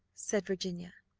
said virginia.